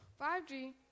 5G